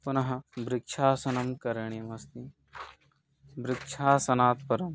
पुनः वृक्षासनं करणीयमस्ति वृक्षासनात् परम्